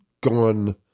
gone